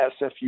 SFU